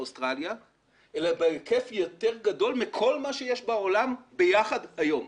אוסטרליה אלא בהיקף יותר גדול מכל מה שיש בעולם ביחד היום.